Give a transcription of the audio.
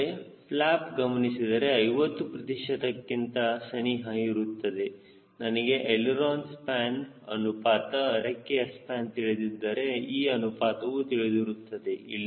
ಆದರೆ ಫ್ಲ್ಯಾಪ್ ಗಮನಿಸಿದರೆ 50 ಪ್ರತಿಶತಕ್ಕೆ ಸನಿಹ ಇರುತ್ತದೆ ನನಗೆ ಎಳಿರೋನ ಸ್ಪ್ಯಾನ್ ಅನುಪಾತ ರೆಕ್ಕೆಯ ಸ್ಪ್ಯಾನ್ ತಿಳಿದಿದ್ದರೆ ಈ ಅನುಪಾತವು ತಿಳಿದಿರುತ್ತದೆ